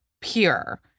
pure